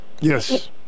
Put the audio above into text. Yes